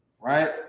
right